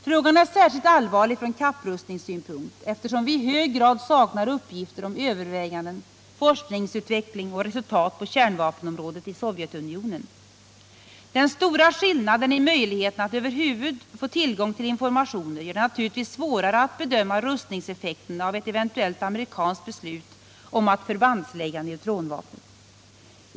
Frågan är särskilt allvarlig från kapprustningssynpunkt, eftersom vi i hög grad saknar uppgifter om överväganden, forskningsutveckling och resultat på kärnvapenområdet i Sovjetunionen. Den stora skillnaden i möjligheten att över huvud taget få tillgång till informationer gör det naturligtvis svårare att bedöma rustningseffekten av ett eventuellt amerikanskt beslut om att förbandslägga neutronvapnet.